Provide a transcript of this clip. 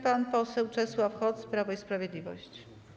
Pan poseł Czesław Hoc, Prawo i Sprawiedliwość.